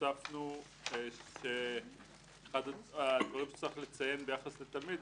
הוספנו את אחד הדברים שצריך לציין ביחס לתלמיד: